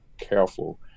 careful